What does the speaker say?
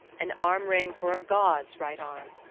an armring for a god's right arm.